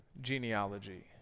genealogy